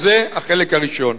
אז זה החלק הראשון,